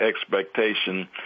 expectation